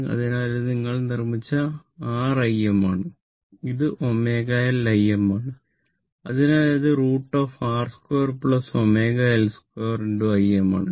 അതിനാൽ ഇത് നിങ്ങൾ നിർമ്മിച്ച RIm ആണ് ഇത് ωLIm ആണ്